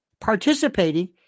participating